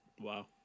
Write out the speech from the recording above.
Wow